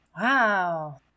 Wow